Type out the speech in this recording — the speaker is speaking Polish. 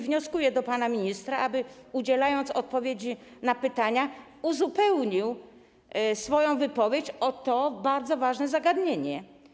Wnioskuję do pana ministra, aby udzielając odpowiedzi na pytania, uzupełnił swoją wypowiedź o to bardzo ważne zagadnienie.